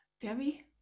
Debbie